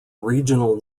regional